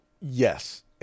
Yes